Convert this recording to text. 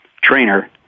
trainer